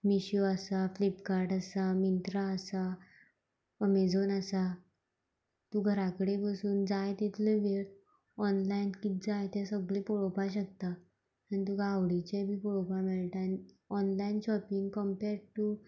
मिशो आसा फ्लिपकाट आसा मिंत्रा आसा अमेझोन आसा तूं घरा कडेन बसून जाय तितलो वेळ ऑनलायन कितें जाय तें सगलें पळोवपा शकता आनी तुका आवडीचें बी पळोवपा मेळटा आनी ऑनलायन शॉपींग कंपॅड टू